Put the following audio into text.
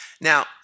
now